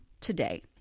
today